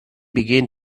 began